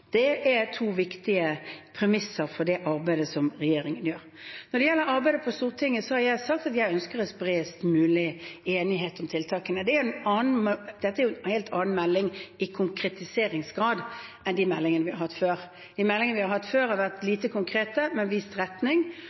Det er to viktige premisser for det arbeidet som regjeringen gjør. Når det gjelder arbeidet på Stortinget, har jeg sagt at jeg ønsker en bredest mulig enighet om tiltakene. Dette er jo en helt annen melding i konkretiseringsgrad enn de meldingene vi har hatt før. De meldingene vi har hatt før, har vært lite konkrete, men vist retning,